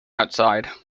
outside